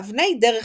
אבני דרך